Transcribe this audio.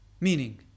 meaning